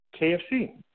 KFC